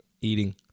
eating